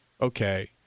Okay